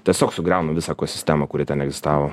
tiesiog sugriauna visą ekosistemą kuri ten egzistavo